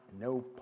No